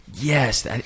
Yes